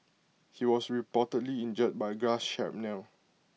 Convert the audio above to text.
he was reportedly injured by glass shrapnel